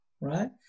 right